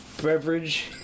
beverage